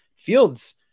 Fields